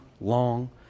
long